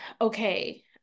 okay